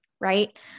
right